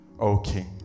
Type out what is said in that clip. Okay